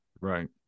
Right